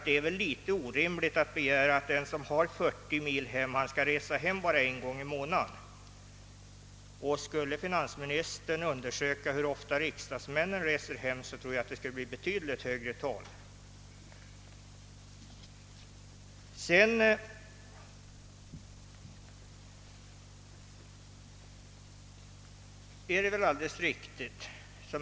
Det är väl orimligt att begära att den som arbetar 40 mil hemifrån skall resa hem bara en gång i månaden. Skulle finansministern undersöka hur ofta riksdagsmännen reser hem tror jag att det skulle visa sig vara betydligt oftare.